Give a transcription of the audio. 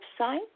website